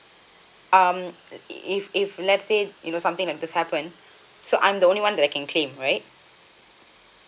um if if let's say you know something like this happened so I'm the only one that I can claim right